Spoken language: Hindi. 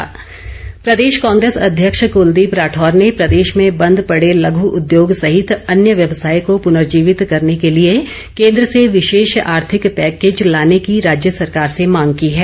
कुलदीप राठौर प्रदेश कांग्रेस अध्यक्ष कुलदीप राठौर ने प्रदेश में बंद पड़े लघु उद्योग सहित अन्य व्यवसाय को प्रनर्जीवित करने के लिए केन्द्र ँसे विशेष आर्थिक पैकेज लाने की राज्य सरकार से मांग की है